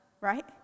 right